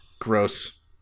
Gross